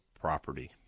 property